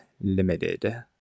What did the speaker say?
limited